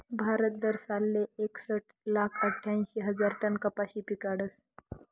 भारत दरसालले एकसट लाख आठ्यांशी हजार टन कपाशी पिकाडस